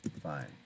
Fine